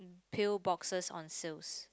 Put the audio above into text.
pill boxes on shelf